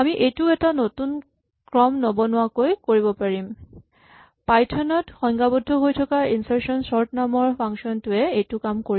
আমি এইটোও এটা নতুন ক্ৰম নবনোৱাকৈ কৰিব পাৰিম পাইথন ত সংজ্ঞাবদ্ধ হৈ থকা ইনচাৰ্চন চৰ্ট নামৰ ফাংচন টোৱে এইটো কাম কৰে